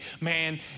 man